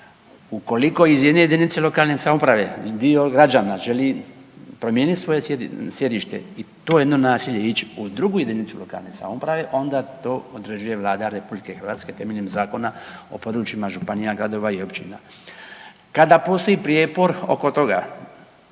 Ukoliko iz jedinice lokalne samouprave dio građana želi promijeniti svoje sjedište, i to je jedno naselje ići u drugu jedinicu lokalne samouprave onda to određuje Vlada RH temeljem Zakona o područjima županija, gradova i općina. Kada postoji prijepor oko toga